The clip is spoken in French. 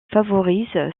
favorisent